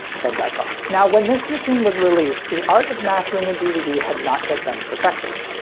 hold that thought. now when this machine was released, the art of mastering a dvd had not yet been perfected.